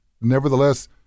nevertheless